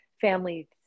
family